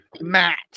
Matt